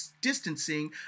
distancing